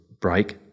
break